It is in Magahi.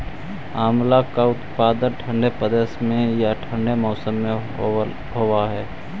आंवला का उत्पादन ठंडे प्रदेश में या ठंडे मौसम में होव हई